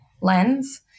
lens